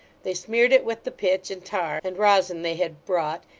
they smeared it with the pitch, and tar, and rosin they had brought,